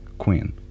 Queen